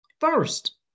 first